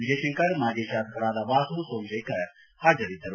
ವಿಜಯಶಂಕರ್ ಮಾಜಿ ಶಾಸಕರಾದ ವಾಸು ಸೋಮಶೇಖರ್ ಹಾಜರಿದ್ದರು